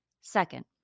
Second